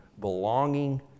belonging